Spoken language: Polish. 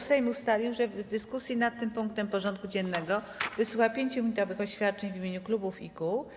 Sejm ustalił, że w dyskusji nad tym punktem porządku dziennego wysłucha 5-minutowych oświadczeń w imieniu klubów i kół.